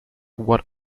what